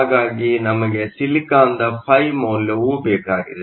ಹಾಗಾಗಿ ನಮಗೆ ಸಿಲಿಕಾನ್ನ ಫೈ ಮೌಲ್ಯವು ಬೇಕಾಗಿದೆ